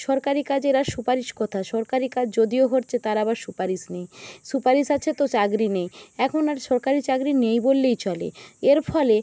সরকারি কাজের আর সুপারিশ কোথায় সরকারি কাজ যদিও হচ্ছে তার আবার সুপারিশ নেই সুপারিশ আছে তো চাকরি নেই এখন আর সরকারি চাকরি নেই বললেই চলে এর ফলে